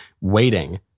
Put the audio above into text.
waiting